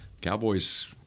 Cowboys